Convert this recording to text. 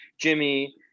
Jimmy